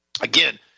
Again